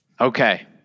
Okay